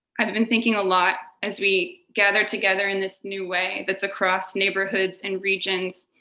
i've been thinking a lot as we gather together in this new way that's across neighborhoods and regions,